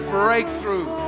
breakthrough